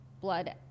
blood